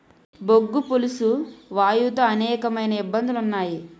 బొగ్గు పులుసు వాయువు తో అనేకమైన ఇబ్బందులు ఉన్నాయి